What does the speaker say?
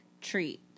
treat